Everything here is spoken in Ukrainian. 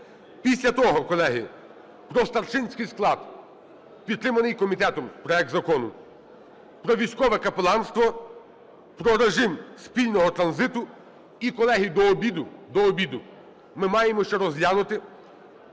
Після того, колеги, про старшинський склад, підтриманий комітетом проект закону, про військове капеланство, про режим спільного транзиту. І колеги, до обіду, до обіду, ми маємо ще розглянути